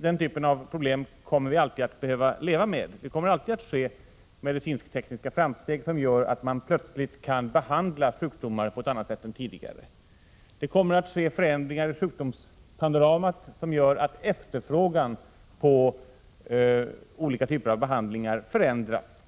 den typen av problem kommer vi alltid att få leva med. Det kommer alltid att ske medicinsk-tekniska framsteg som gör att man plötsligt kan behandla sjukdomar på ett annat sätt än tidigare. Det kommer att ske förändringar i sjukdomspanoramat som gör att efterfrågan på olika typer av behandlingar förändras.